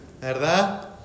¿Verdad